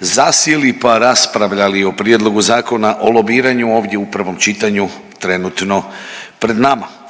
zasjeli pa raspravljali o Prijedlogu zakona o lobiranju ovdje u prvom čitanju trenutno pred nama.